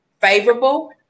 favorable